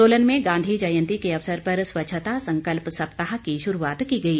सोलन में गांधी जयंती के अवसर पर स्वच्छता संकल्प सप्ताह की शुरूआत की गई